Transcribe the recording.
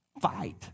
Fight